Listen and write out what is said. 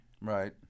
Right